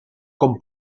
con